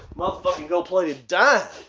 motherfucking gold-plated dime.